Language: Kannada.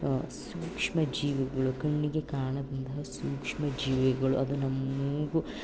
ಸೂಕ್ಷ್ಮ ಜೀವಿಗಳು ಕಣ್ಣಿಗೆ ಕಾಣದಂತಹ ಸೂಕ್ಷ್ಮ ಜೀವಿಗಳು ಅದು ನಮ್ಮ ಮೂಗು